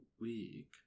week